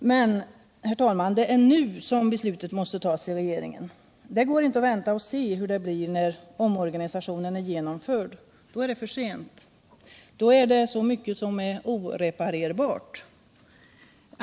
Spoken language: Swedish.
Men, herr talman, det är nu som beslutet måste tas i regeringen! Det går inte att vänta och se hur det blir när omorganisationen är genomförd. Då är det för sent. Då är det så mycket som är oreparerbart.